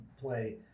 play